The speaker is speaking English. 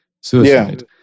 suicide